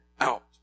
out